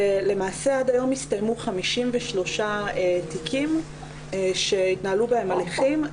למעשה עד היום הסתיימו 53 תיקים שהתנהלו בהם הליכים,